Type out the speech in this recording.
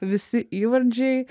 visi įvardžiai